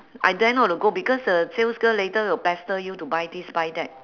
I dare not to go because uh sales girl later will pester you to buy this buy that